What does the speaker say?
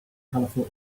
colorful